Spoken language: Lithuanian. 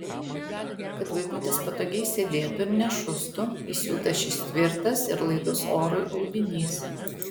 kad vaikutis patogiai sėdėtų ir nešustų įsiūtas šis tvirtas ir laidus orui audinys